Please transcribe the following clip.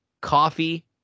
coffee